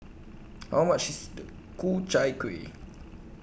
How much IS The Ku Chai Kueh